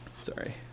Sorry